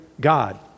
God